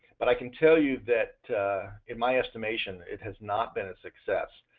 but i can tell you that in my estimation it has not been a success.